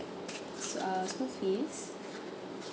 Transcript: uh school fees